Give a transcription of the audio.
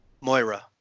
Moira